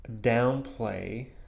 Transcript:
downplay